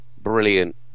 brilliant